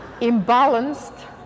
imbalanced